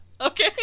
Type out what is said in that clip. Okay